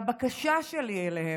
הבקשה שלי אליהם: